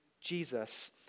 Jesus